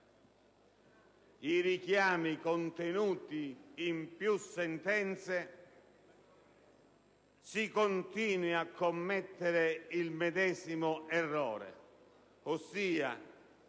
i richiami contenuti in più sentenze, si continui a commettere il medesimo errore, ossia